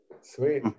Sweet